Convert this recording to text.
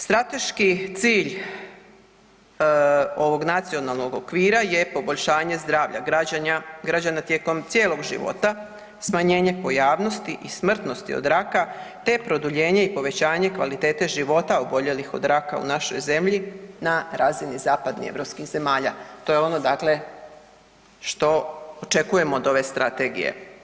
Strateški cilj ovog nacionalnog okvira je poboljšanje zdravlja građana tijekom cijelog života, smanjenje pojavnosti i smrtnosti od raka te produljenje i povećanje kvalitete života oboljelih od raka u našoj zemlji na razini zapadnoeuropskih zemalja, to je ono dakle što očekujemo od ove strategije.